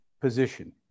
position